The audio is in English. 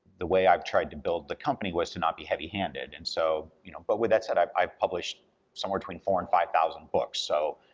the way i've tried to build the company was to not be heavy-handed, and so. you know but with that said, i've i've published somewhere between four and five thousand books, so,